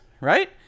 right